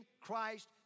Christ